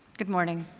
good morning,